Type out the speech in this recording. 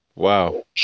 Wow